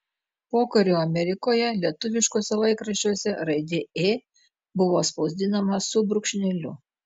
pokariu amerikoje lietuviškuose laikraščiuose raidė ė buvo spausdinama su brūkšneliu